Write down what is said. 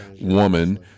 woman